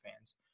fans